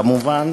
כמובן,